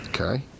Okay